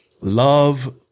love